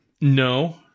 No